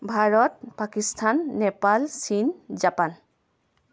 ভাৰত পাকিস্তান নেপাল চীন জাপান